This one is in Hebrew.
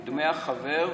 מדמי החבר,